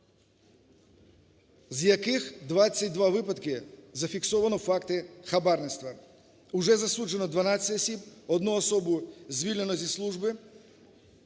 з яких 22 випадки зафіксовано факти хабарництва, уже засуджено 12 осіб, одну особу звільнено зі служби.